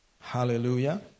Hallelujah